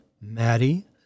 Maddie